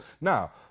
Now